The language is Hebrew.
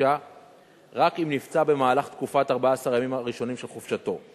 חופשה רק אם נפצע במהלך תקופת 14 הימים הראשונים של חופשתו.